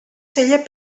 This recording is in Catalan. celler